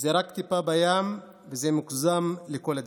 וזה רק טיפה בים, וזה מוגזם לכל הדעות.